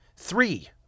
Three